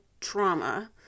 trauma